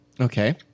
Okay